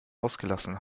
ausgelassen